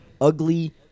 ugly